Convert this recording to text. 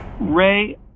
Ray